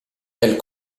elles